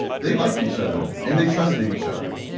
they liked each other and they trusted each other.